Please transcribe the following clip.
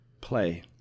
play